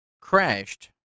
crashed